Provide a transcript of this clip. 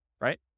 right